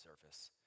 surface